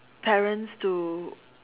parents to